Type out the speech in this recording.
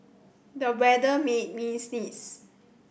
the weather made me sneeze